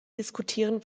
diskutieren